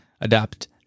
adapt